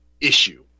issue